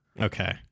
Okay